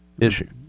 issue